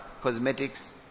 cosmetics